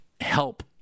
help